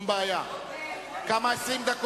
הדבר לא יכול